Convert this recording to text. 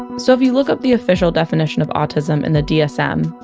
and so if you look up the official definition of autism in the dsm,